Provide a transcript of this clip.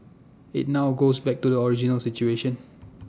IT now goes back to the original situation